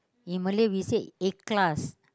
in Malay we say A class